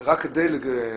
זה רק כדי לעורר.